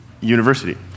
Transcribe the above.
university